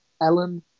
Ellen